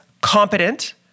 competent